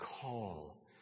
call